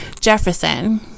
Jefferson